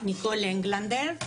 ניקול אנגלנדר,